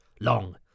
long